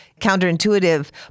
counterintuitive